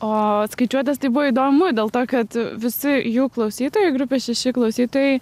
o skaičiuotės tai buvo įdomu dėl to kad visi jų klausytojų grupė šiši klausytojai